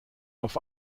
auf